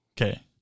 Okay